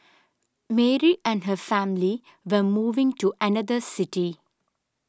Mary and her family were moving to another city